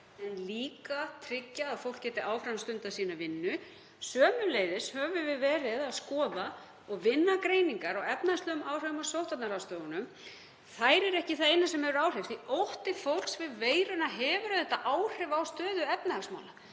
en tryggja líka að fólk geti áfram stundað sína vinnu. Sömuleiðis höfum við verið að skoða og vinna greiningar á efnahagslegum áhrifum af sóttvarnaráðstöfunum. Þær eru ekki það eina sem hefur áhrif því að ótti fólks við veiruna hefur auðvitað áhrif á stöðu efnahagsmála.